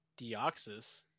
Deoxys